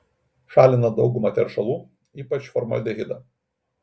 šalina daugumą teršalų ypač formaldehidą